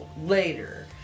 later